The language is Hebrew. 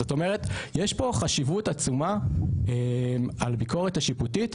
זאת אומרת יש פה חשיבות עצומה על ביקורת השיפוטית,